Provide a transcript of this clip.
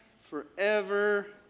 forever